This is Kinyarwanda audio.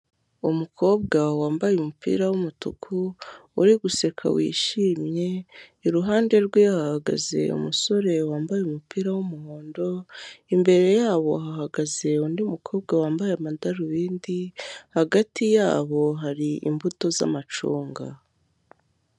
Umukobwa wambaye umupira w'umutuku uri guseka wishimye, iruhande rwe hagaze umusore wambaye umupira w'umuhondo, imbere yabo hahagaze undi mukobwa wambaye amadarubindi hagati yabo hari imbuto z'amacunga.